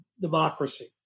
democracy